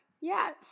Yes